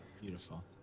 Beautiful